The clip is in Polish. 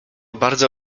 bardzo